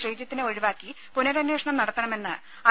ശ്രീജിത്തിനെ ഒഴിവാക്കി പുനരന്വേഷണം നടത്തണമെന്ന് ഐ